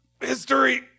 history